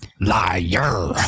Liar